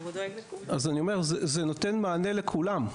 אני אומר שזה נותן מענה לכולם.